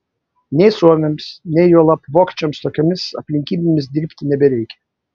nei suomiams nei juolab vokiečiams tokiomis aplinkybėmis dirbti nebereikia